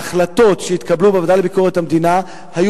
ההחלטות שהתקבלו בוועדה לביקורת המדינה היו